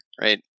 right